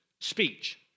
speech